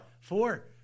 four